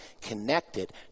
connected